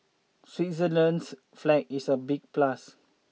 Switzerland's flag is a big plus